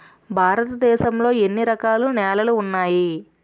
భారతదేశం లో ఎన్ని రకాల నేలలు ఉన్నాయి?